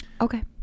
Okay